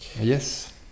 Yes